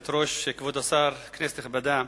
גברתי היושבת-ראש, כבוד השר, כנסת נכבדה,